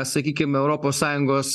sakykim europos sąjungos